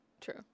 True